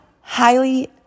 highly